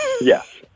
Yes